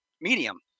medium